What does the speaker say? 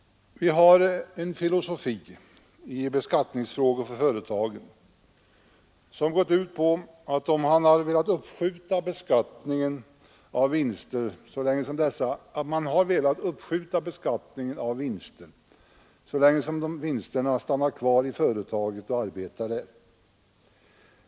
Vi har en beskattningsfilosofi för företag som gått ut på att man har velat uppskjuta beskattningen av vinster så länge vinsterna stannar kvar i företaget och arbetar där.